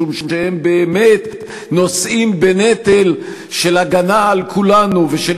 משום שהם באמת נושאים בנטל של הגנה על כולנו ושל